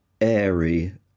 airy